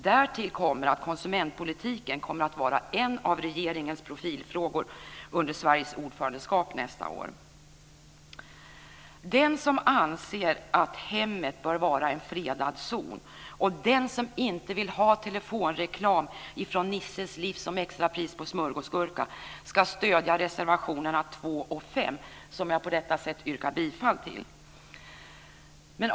Därtill kommer att konsumentpolitiken kommer att vara en av regeringens profilfrågor under Sveriges ordförandeskap nästa år. Den som anser att hemmet bör vara en fredad zon och den som inte vill ha telefonreklam från Nisses livs om extrapris på smörgåsgurka ska stödja reservationerna 2 och 5, som jag på detta sätt yrkar bifall till.